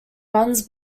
runs